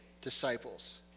disciples